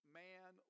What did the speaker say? man